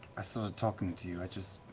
i started talking to you. i just